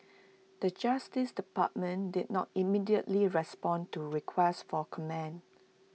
the justice department did not immediately respond to request for comment